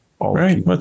right